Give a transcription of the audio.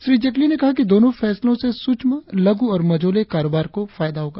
श्री जेटली ने कहा कि दोनों फैसलों से सूक्ष्म लघु और मझोले कारोबार को फायदा होगा